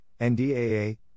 NDAA